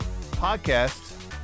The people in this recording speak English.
podcast